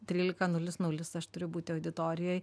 trylika nulis nulis aš turiu būti auditorijoj